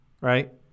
Right